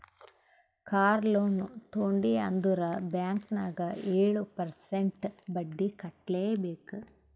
car loan ತೊಂಡಿ ಅಂದುರ್ bank ನಾಗ್ ಏಳ್ ಪರ್ಸೆಂಟ್ರೇ ಬಡ್ಡಿ ಕಟ್ಲೆಬೇಕ್